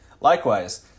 Likewise